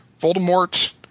Voldemort